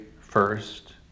first